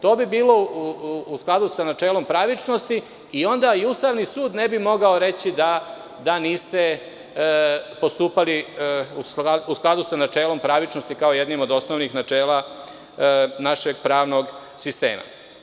To bi bilo u skladu sa načelom pravičnosti i onda ni Ustavni sud ne bi mogao reći da niste postupali u skladu sa načelom pravičnosti, kao jednim od osnovnih načela našeg pravnog sistema.